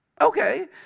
okay